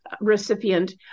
recipient